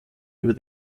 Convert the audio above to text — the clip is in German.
über